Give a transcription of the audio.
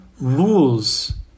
rules